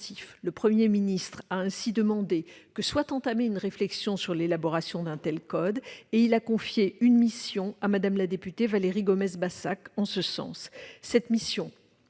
Le Premier ministre a ainsi demandé que soit entamée une réflexion sur l'élaboration d'un tel code et a confié une mission à Mme la députée Valérie Gomez-Bassac en ce sens.